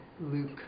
Luke